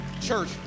church